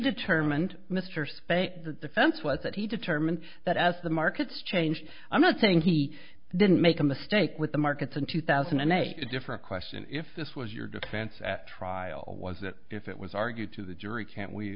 determined mr speight the defense was that he determined that as the markets changed i'm not saying he didn't make a mistake with the markets in two thousand and eight a different question if this was your defense at trial was that if it was argued to the jury can't we